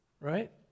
right